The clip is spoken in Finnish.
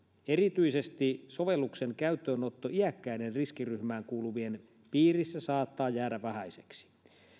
erityisesti sovelluksen käyttöönotto iäkkäiden riskiryhmään kuuluvien piirissä saattaa jäädä vähäiseksi